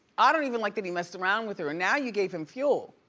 ah don't even like that he messed around with her and now you gave him fuel.